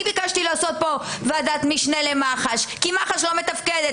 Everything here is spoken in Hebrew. אני ביקשתי להקים כאן ועדת משנה למח"ש כי מח"ש לא מתפקדת,